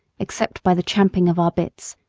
except by the champing of our bits,